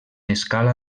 escala